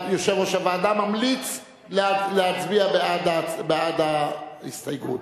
יושב-ראש הוועדה ממליץ להצביע בעד ההסתייגות.